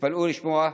תתפלאו לשמוע,